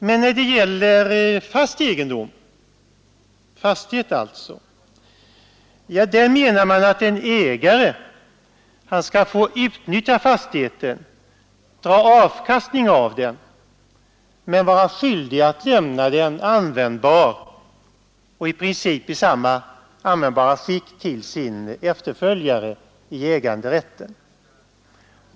Men när det gäller fast egendom, fastighet alltså, menar man att en ägare skall få utnyttja fastigheten, dra avkastning av den, men vara skyldig att lämna den användbar och i princip i samma användbara skick till sin efterföljare i äganderätten.